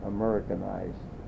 Americanized